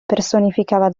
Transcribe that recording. personificava